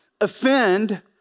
offend